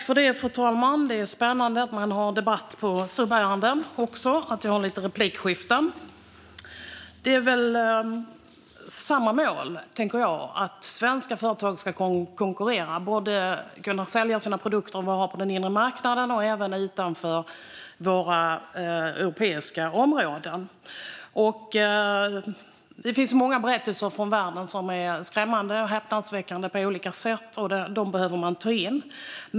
Fru talman! Det är spännande att vi har några replikskiften angående subärenden också! Det är väl samma mål, tänker jag: Svenska företag ska kunna konkurrera och sälja sina produkter både på den inre marknaden och utanför. Det finns många berättelser från världen som är skrämmande och häpnadsväckande på olika sätt. Dem behöver man ta in.